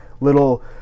little